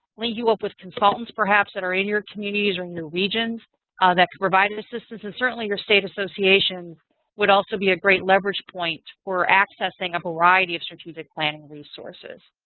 link you up with consultants perhaps that are in your communities or in your regions ah that can provide assistance. and certainly your state associations would also be a great leverage point for accessing a variety of strategic planning resources.